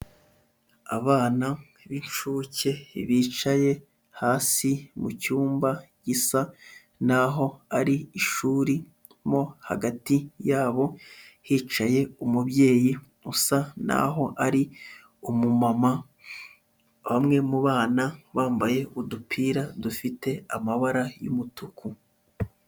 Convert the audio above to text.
Abana b'inshuke bicaye hasi mu cyumba gisa n'aho ari ishuri mo hagati yabo hicaye umubyeyi usa n'aho ari umumama, bamwe mu bana bambaye udupira dufite amabara y'umutuku.